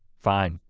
fine,